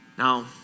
Now